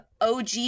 OG